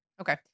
Okay